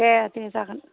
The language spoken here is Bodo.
दे दे जागोन